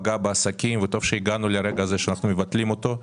פגע בעסקים וטוב שהגענו לרגע הזה שאנחנו מבטלים אותו.